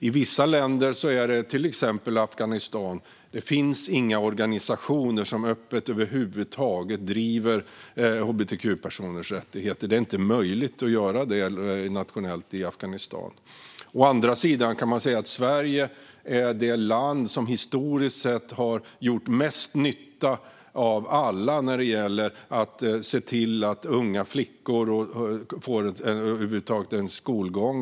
I vissa länder, till exempel Afghanistan, finns det inga organisationer över huvud taget som öppet driver frågan om hbtq-personers rättigheter. Det är inte möjligt att göra det nationellt i Afghanistan. Man kan säga att Sverige är det land som historiskt sett har gjort mest nytta av alla när det gäller att unga flickor ska få gå i skolan.